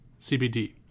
CBD